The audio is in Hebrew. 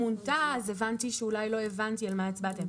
מונתה" הבנתי שאולי לא הבנתי על מה הצבעתם.